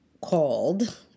called